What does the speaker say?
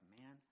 man